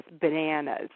Bananas